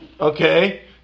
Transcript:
Okay